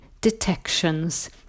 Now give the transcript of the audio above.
detections